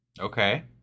Okay